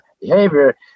behavior